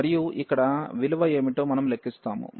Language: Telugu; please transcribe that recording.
మరియు ఇక్కడ విలువ ఏమిటో మనం లెక్కిస్తాము